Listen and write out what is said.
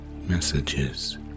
messages